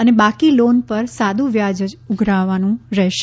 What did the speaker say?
અને બાકી લોન પર સાદું વ્યાજ જ ઉધારવાનું રહેશે